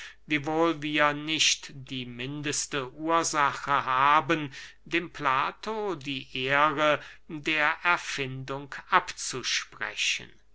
wiewohl wir nicht die mindeste ursache haben dem plato die ehre der erfindung abzusprechen